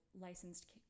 licensed